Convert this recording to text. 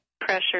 pressure